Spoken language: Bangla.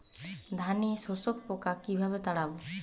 ধানে শোষক পোকা কিভাবে তাড়াব?